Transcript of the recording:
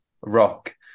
Rock